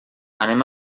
anem